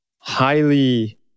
highly